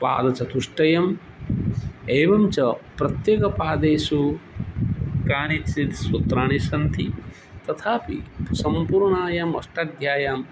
पादचतुष्टयम् एवं च प्रत्येकपादेषु कानिचित् सूत्राणि सन्ति तथापि सम्पूर्णायाम् अष्टाध्यायां